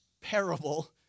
parable